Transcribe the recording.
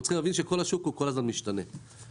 אנחנו צריכים להבין שכל השוק משתנה כל הזמן.